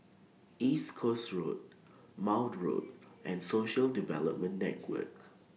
East Coast Road Maude Road and Social Development Network